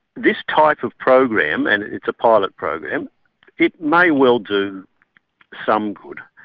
this type of program, and it's a pilot program it may well do some good.